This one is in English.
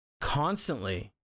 constantly